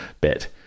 bit